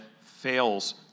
fails